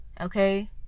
Okay